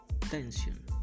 tension